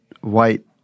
white